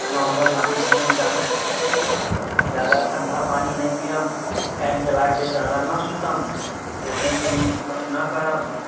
normal पानी पीयब जादा सऽ जादा जादा ठंडा पानी नहि पीयब फैन चलाके जादा नहि सुतब ए सी के यूज नहि करब